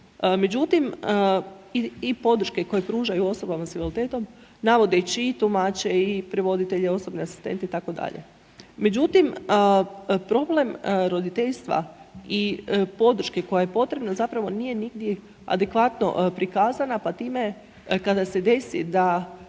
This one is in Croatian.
međutim i podrške koje pružaju osobama s invaliditetom, navodeći i tumače i prevoditelje, osobne asistente itd. Međutim, problem roditeljstva i podrške koja je potrebna zapravo nije nigdje adekvatno prikazana, pa time kada se desi da